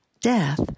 death